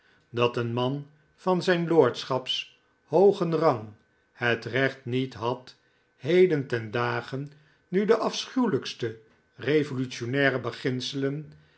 dat een man van zijn lordschap's hoogen rang het recht niet had heden ten dage nu de afschuwelijkste revolutionnaire